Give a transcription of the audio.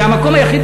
זה המקום היחיד,